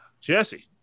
Jesse